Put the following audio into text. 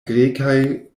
grekaj